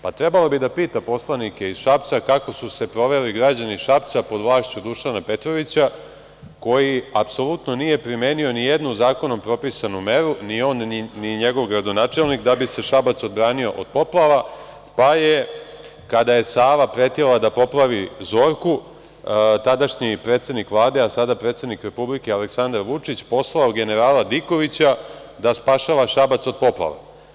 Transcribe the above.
Pa trebalo bi da pita poslanike iz Šapca kako su se proveli građani Šapca pod vlašću Dušana Petrovića koji apsolutno nije primenio nijednu zakonom propisanu meru ni on ni njegov gradonačelnik da bi se Šabac odbranio od poplava, pa je kada je Sava pretila da poplavi „Zorku“, tadašnji predsednik Vlade, sada predsednik Republike Aleksandar Vučić poslao generala Dikovića da spašava Šabac od poplava.